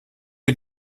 wie